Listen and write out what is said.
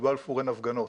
בבלפור אין הפגנות.